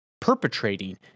perpetrating